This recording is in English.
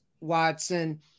Watson